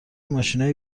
ماشینای